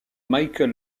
michael